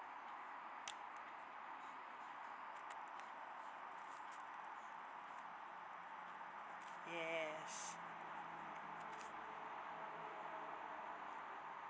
yes